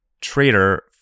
trader